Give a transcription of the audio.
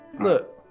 look